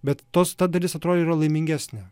bet tos ta dalis atrodo yra laimingesnė